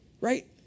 Right